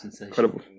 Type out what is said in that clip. Incredible